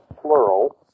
plural